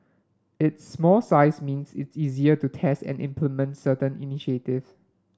its small size means it easier to test and implement certain initiatives